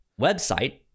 website